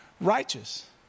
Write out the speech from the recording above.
righteous